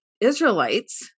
Israelites